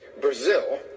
Brazil